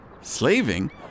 Slaving